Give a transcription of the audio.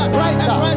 brighter